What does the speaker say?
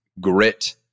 grit